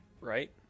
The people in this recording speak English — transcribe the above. right